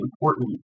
important